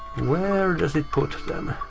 where does it put them?